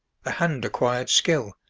the hand acquired skill,